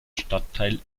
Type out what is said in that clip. stadtteil